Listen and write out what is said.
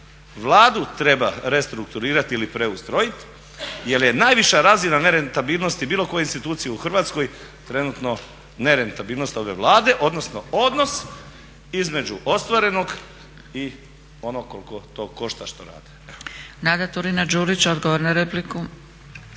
Vladu treba restrukturirati ili preustrojiti jer je najviša razina nerentabilnosti bilo koje institucije u Hrvatskoj trenutno nerentabilnost ove Vlade odnosno odnos između ostvarenog i onog koliko to košta što rade. **Zgrebec, Dragica (SDP)** Nada Turina-Đurić, odgovor na repliku.